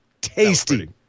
Tasty